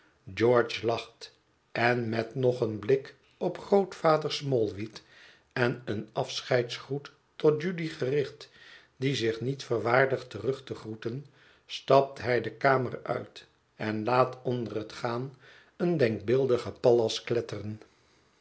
george lacht en met nog een blik op grootvader smallweed en een afscheidsgroet tot judy gericht die zich niet verwaardigt terug te groeten stapt hij de kamer uit en laat onder het gaan een denkbeeldigen pallas kletteren